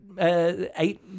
eight